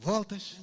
Voltas